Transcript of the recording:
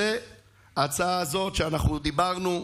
זאת ההצעה הזאת שאנחנו דיברנו,